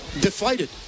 Deflated